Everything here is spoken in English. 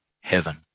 heaven